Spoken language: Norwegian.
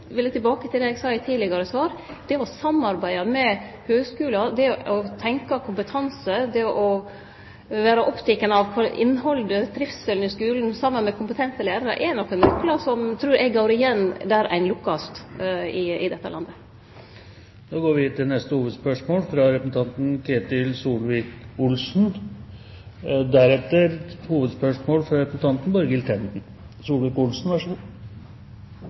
vil eg tilbake til det eg sa i eit tidlegare svar. Det å samarbeide med høgskular, det å tenkje kompetanse, det å vere oppteken av innhaldet og trivselen i skulen saman med kompetente lærarar, er nokre nøklar som går igjen der ein lukkast i dette landet. Vi går videre til neste hovedspørsmål, fra representanten Ketil Solvik-Olsen, deretter hovedspørsmål fra representanten Borghild Tenden.